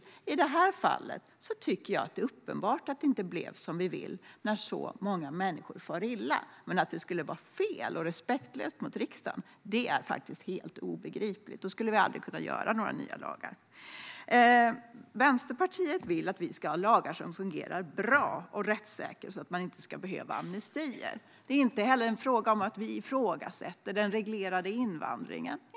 I det här fallet, när så många människor far illa, tycker jag att det är uppenbart att det inte blev som vi vill. Att det skulle vara fel och respektlöst mot riksdagen är helt obegripligt. Då skulle vi aldrig kunna stifta några nya lagar. Vänsterpartiet vill att vi ska ha lagar som fungerar bra och rättssäkert, så att man inte ska behöva amnestier. Det är inte alls fråga om att vi skulle ifrågasätta den reglerade invandringen.